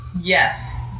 Yes